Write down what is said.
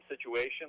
situation